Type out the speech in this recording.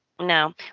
no